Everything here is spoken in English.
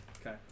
Okay